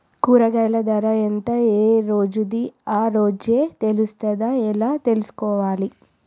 కూరగాయలు ధర ఎంత ఏ రోజుది ఆ రోజే తెలుస్తదా ఎలా తెలుసుకోవాలి?